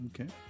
Okay